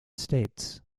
states